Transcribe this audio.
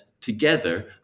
together